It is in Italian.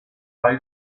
file